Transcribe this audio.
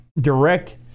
direct